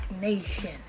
Nation